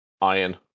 iron